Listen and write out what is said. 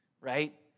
right